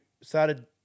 started